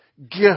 gift